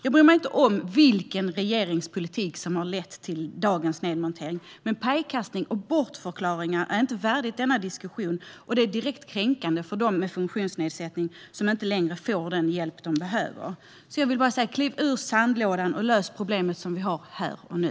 Jag bryr mig inte om vilken regerings politik som har lett till dagens nedmontering. Men pajkastning och bortförklaringar är inte värdigt denna diskussion. Detta är direkt kränkande för personer med funktionsnedsättning som inte längre får den hjälp de behöver. Kliv ur sandlådan och lös de problem vi har här och nu!